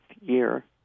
year